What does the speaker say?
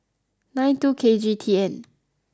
nine two K G T N